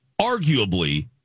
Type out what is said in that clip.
arguably